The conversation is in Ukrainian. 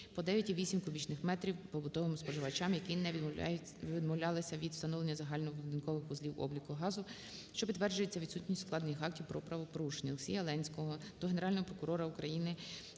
по 9,8 кубічних метрів побутовим споживачам, які не відмовлялися від встановлення загально-будинкових вузлів обліку газу, що підтверджується відсутністю складених актів про правопорушення. Олексія Ленського до Генерального прокурора України